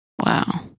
Wow